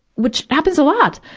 which happens a lot!